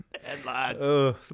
Headlines